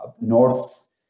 North